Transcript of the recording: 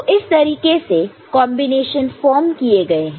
तो इस तरीके से कॉन्बिनेशन फॉर्म किए गए हैं